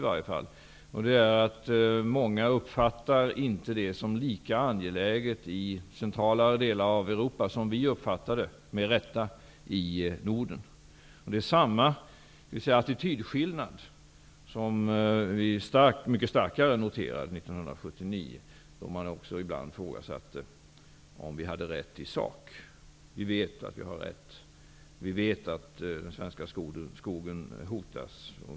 I centralare delar av Europa uppfattar många inte det problemet som lika angeläget som vi i Norden, med rätta, uppfattar det. Samma attitydskillnad noterade vi 1979, men mycket starkare. Då ifrågasatte man också ibland om vi hade rätt i sak. Vi vet att vi har rätt. Vi vet att den svenska skogen hotas.